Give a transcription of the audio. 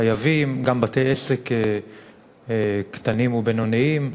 חייבים, גם בתי-עסק קטנים או בינוניים,